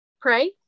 pray